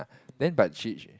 then but she